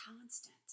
constant